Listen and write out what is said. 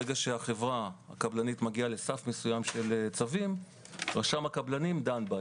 ברגע שהחברה הקבלנית מגיעה לסף מסוים של צווים רשם הקבלנים דן בה.